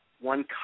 one